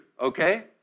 okay